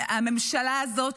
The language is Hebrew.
הממשלה הזאת,